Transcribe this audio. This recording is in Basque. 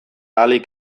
ahalik